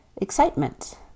excitement